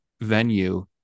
venue